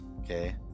okay